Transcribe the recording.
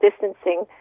distancing